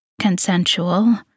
consensual